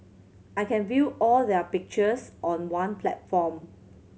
I can view all their pictures on one platform